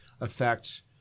affect